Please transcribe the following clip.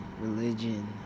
religion